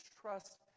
trust